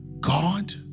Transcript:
God